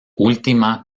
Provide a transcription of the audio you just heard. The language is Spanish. última